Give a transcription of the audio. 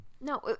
No